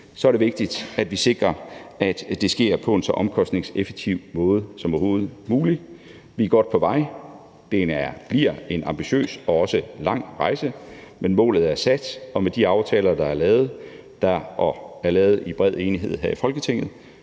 er det vigtigt, at vi sikrer, at det sker på en så omkostningseffektiv måde som overhovedet muligt. Vi er godt på vej. Det bliver en ambitiøs og også lang rejse, men målet er sat, og med de aftaler, der er lavet i bred enighed her i Folketinget,